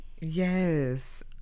yes